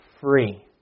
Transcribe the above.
free